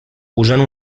usant